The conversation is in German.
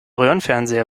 röhrenfernseher